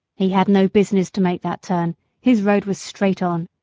he had no business to make that turn his road was straight on!